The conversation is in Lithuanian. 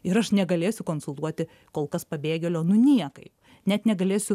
ir aš negalėsiu konsultuoti kol kas pabėgėlio nu niekaip net negalėsiu